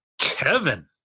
Kevin